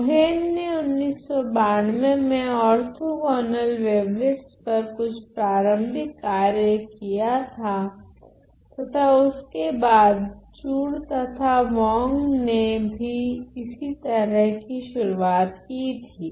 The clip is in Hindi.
कोहेन ने 1992 में ओर्थोगोनल वेवलेट्स पर कुछ प्रारम्भिक कार्य किया था तथा उसके बाद चुइ तथा वांग ने भी इसी तरह की शुरुआत की थी